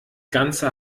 ganze